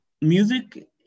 music